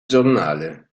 giornale